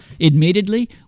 Admittedly